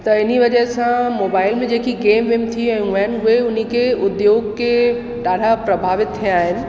हिन वजह सां मोबाइल में जेकी गेम वेम थी वेयूं आहिनि उहे हुनखे उद्योग खे ॾाढा प्रभावित थिया आहिनि